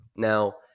Now